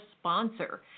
sponsor